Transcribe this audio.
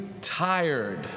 tired